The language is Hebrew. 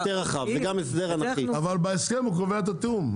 אבל בהסכם הוא קובע את התיאום.